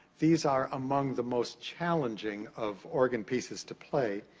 these are among the most challenging of organ pieces to play,